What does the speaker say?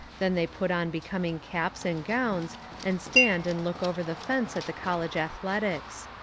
then they put on becoming caps and gowns and stand and look over the fence at the college athletics.